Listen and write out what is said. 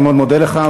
אני מאוד מודה לך,